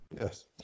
Yes